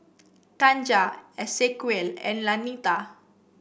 Tanja Esequiel and Lanita